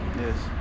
yes